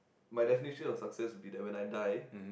my definition of success be right when I die